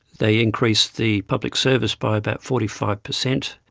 they increased the public service by about forty five percent.